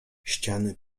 ściany